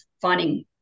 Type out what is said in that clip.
finding